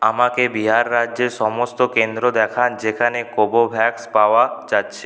আমাকে বিহার রাজ্যের সমস্ত কেন্দ্র দেখান যেখানে কোভোভ্যাক্স পাওয়া যাচ্ছে